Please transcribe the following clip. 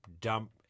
dump